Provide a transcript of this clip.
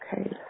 Okay